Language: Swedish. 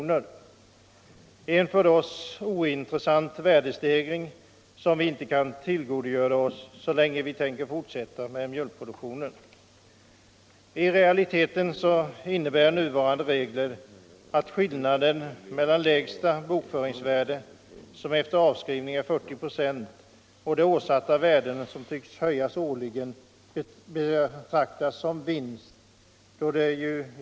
Det är en för oss ointressant värdestegring, som vi inte kan tillgodogöra oss så länge vi fortsätter med mjölkproduktionen. I realiteten innebär nuvarande regler att skillnaden mellan lägsta bokföringsvärde, som efter avskrivning är 40 96. och de åsatta värdena, som tycks höjas årligen, betraktas som vinst.